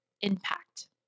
impact